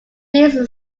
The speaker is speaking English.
these